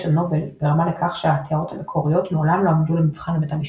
של נובל גרמה לכך שהטענות המקוריות מעולם לא עמדו למבחן בבית המשפט.